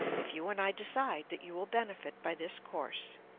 if you and i decide that you will benefit by this course.